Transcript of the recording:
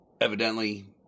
Evidently